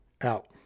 out